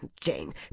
Jane